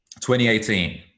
2018